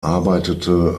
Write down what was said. arbeitete